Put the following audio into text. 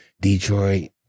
Detroit